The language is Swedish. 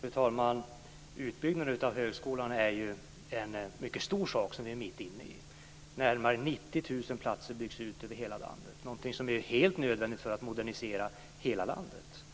Fru talman! Utbyggnaden av högskolan är en mycket stor sak som vi är mitt inne i. Närmare 90 000 platser byggs ut över hela landet. Det är helt nödvändigt för att modernisera hela landet.